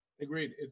Agreed